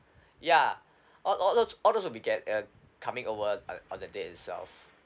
ya all all those all of those will be gat~ uh coming over uh on that day itself